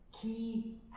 key